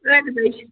ٲٹھِ بَجہِ